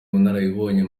ubunararibonye